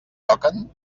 toquen